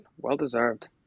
Well-deserved